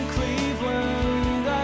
Cleveland